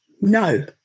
no